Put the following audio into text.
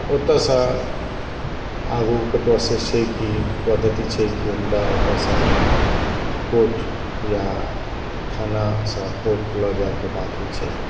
ओतय सऽ आगूके प्रोसेस छै कि पद्धति छै कि हुनका ओतयसँ कोर्ट या थानासँ कोर्ट लऽ जाइ के बात होइ छै